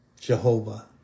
Jehovah